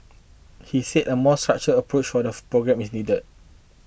he said a more structured approach for the programme is needed